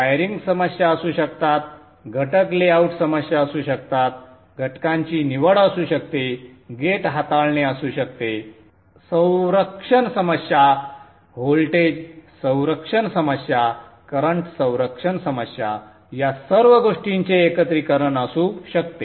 wiring समस्या असू शकतात घटक लेआउट समस्या असू शकतात घटकाची निवड असू शकते गेट हाताळणे असू शकते संरक्षण समस्या व्होल्टेज संरक्षण समस्या करंट संरक्षण समस्या या सर्व गोष्टींचे एकत्रीकरण असू शकते